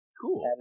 Cool